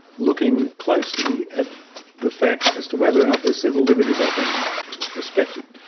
looking closely at the fact as to whether or not their civil liberties are being respected.